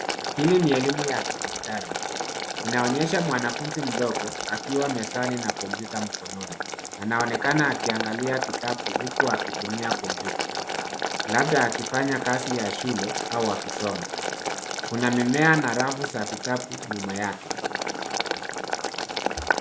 Hili ni elimu ya kidijitali. Inaonyesha mwanafunzi mdogo akiwa mezani na kompyuta mkononi. Anaonekana akiangalia kitabu huku akitumia kompyuta, labda akifanya kazi ya shule au akisoma. Kuna mimea na rafu za vitabu nyuma yake.